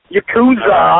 Yakuza